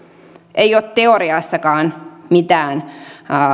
ei ole teoriassakaan mitään